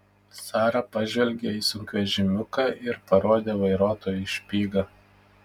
sara pažvelgė į sunkvežimiuką ir parodė vairuotojui špygą